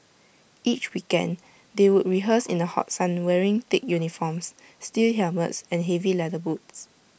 each weekend they would rehearse in the hot sun wearing thick uniforms steel helmets and heavy leather boots